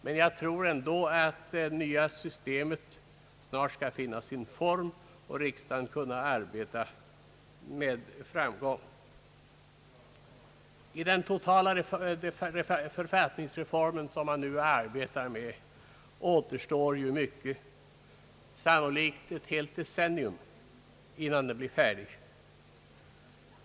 Men jag tror ändå att det nya systemet snart skall finna sin form och riksdagen kunna arbeta med framgång. I det pågående arbetet med den totala författningsreformen återstår ännu mycket att göra, sannolikt kanske ett helt decenniums arbete.